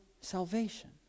salvation